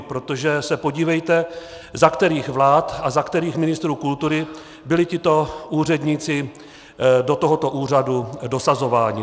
Protože se podívejte, za kterých vlád a za kterých ministrů kultury byli tito úředníci do tohoto úřadu dosazováni.